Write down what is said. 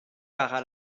para